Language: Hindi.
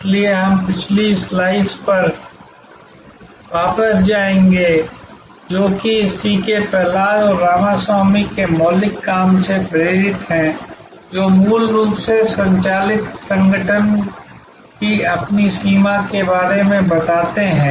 इसलिए हम पिछली स्लाइड्स पर वापस जाएँगे जोकि सी के प्रहलाद और रामास्वामी के मौलिक काम से प्रेरित हैं जो कि मूल रूप से संचालित संगठन की अपनी सीमा के बारे में बताते हैं